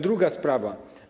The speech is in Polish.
Druga sprawa.